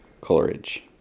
coleridge